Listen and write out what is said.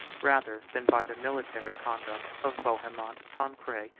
rather than by the military conduct, of bohemond, tancred,